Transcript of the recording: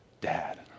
Dad